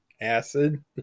acid